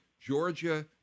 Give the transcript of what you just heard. Georgia